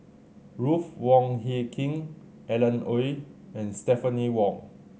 Ruth Wong Hie King Alan Oei and Stephanie Wong